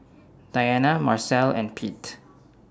Diana Marcel and Pete